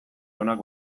onak